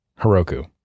Heroku